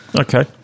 Okay